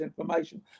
information